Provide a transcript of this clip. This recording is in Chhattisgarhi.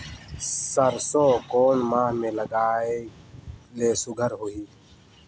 सरसो कोन माह मे लगाय ले सुघ्घर होही?